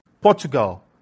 Portugal